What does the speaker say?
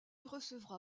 recevra